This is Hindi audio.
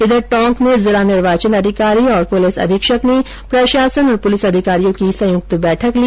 इधर टोंक में जिला निर्वाचन अधिकारी और पुलिस अधीक्षक ने प्रशासन तथा पुलिस अधिकारियों की संयुक्त बैठक ली